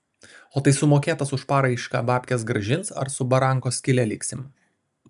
o tai sumokėtas už paraišką babkes grąžins ar su barankos skyle liksim